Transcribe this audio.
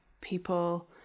people